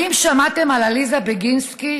האם שמעתם על עליזה בגינסקי,